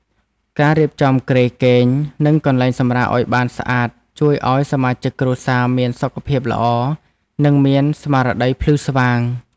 ការរៀបចំគ្រែគេង និងកន្លែងសម្រាកឱ្យបានស្អាតជួយឱ្យសមាជិកគ្រួសារមានសុខភាពល្អ និងមានស្មារតីភ្លឺស្វាង។